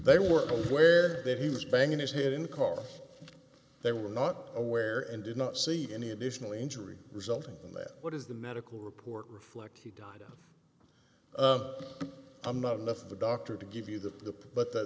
they were aware that he was banging his head in cough they were not aware and did not see any additional injury resulting in that what is the medical report reflect he died out i'm not enough of the doctor to give you the but the